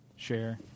Share